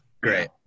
great